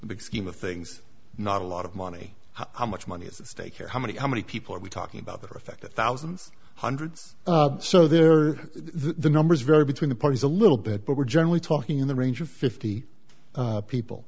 big scheme of things not a lot of money how much money is stake here how many how many people are we talking about that are affected thousands hundreds so there are the numbers vary between the parties a little bit but we're generally talking in the range of fifty people